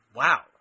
wow